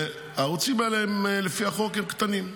והערוצים שלפי החוק הם קטנים.